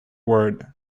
word